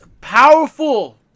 powerful